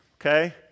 okay